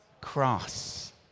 Cross